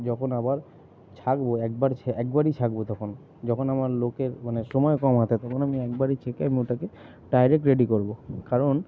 যখন আবার ছাঁকব একবার ছেঁ একবারেই ছাঁকব তখন যখন আমার লোকের মানে সময় কম হাতে তখন আমি একবারেই ছেঁকে আমি ওটাকে ডায়রেক্ট রেডি করব কারণ